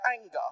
anger